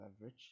average